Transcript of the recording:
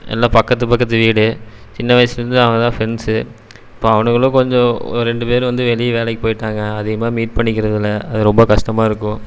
எல்லாம் பக்கத்து பக்கத்து வீடு சின்ன வயசுலேருந்து அவங்க தான் ஃப்ரெண்ட்ஸு இப்போ அவனுங்களும் கொஞ்சம் ரெண்டு பேர் வந்து வெளியே வேலைக்குப் போய்ட்டாங்க அதிகமாக மீட் பண்ணிக்கிறது இல்லை அது ரொம்ப கஷ்டமாக இருக்கும்